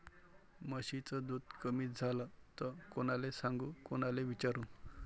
म्हशीचं दूध कमी झालं त कोनाले सांगू कोनाले विचारू?